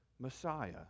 Messiah